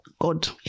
god